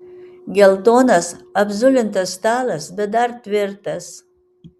geltonas apzulintas stalas bet dar tvirtas